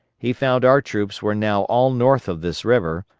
he found our troops were now all north of this river,